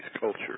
culture